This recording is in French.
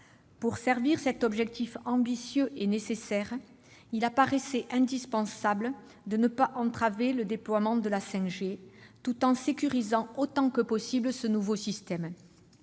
Pour servir cet objectif ambitieux et nécessaire, il paraissait indispensable de ne pas entraver le déploiement de la 5G tout en sécurisant autant que possible ce nouveau système.